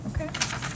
Okay